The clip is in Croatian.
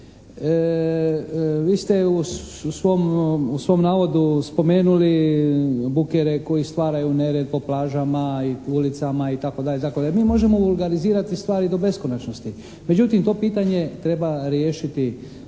Vi ste u svom navodu spomenuli bukere koji stvaraju nered po plažama, ulicama itd. itd. Mi možemo vulgarizirati stvari do beskonačnosti, međutim to pitanje treba riješiti